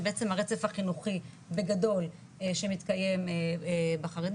זה בעצם הרצף החינוכי בגדול שמתקיים בחרדי